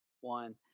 one